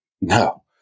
No